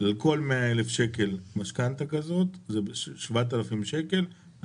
על כל 100,000 שקל משכנתא כזאת זה 7,000 שקל.